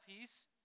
peace